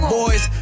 boys